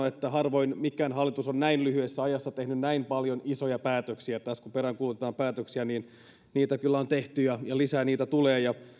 että harvoin mikään hallitus on näin lyhyessä ajassa tehnyt näin paljon isoja päätöksiä tässä kun peräänkuulutetaan päätöksiä niin niitä kyllä on tehty ja lisää niitä tulee